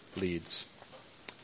leads